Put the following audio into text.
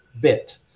bit